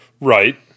right